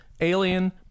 Alien